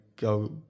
go